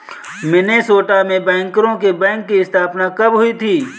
Minnesota में बैंकरों के बैंक की स्थापना कब हुई थी?